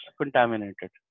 contaminated